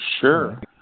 sure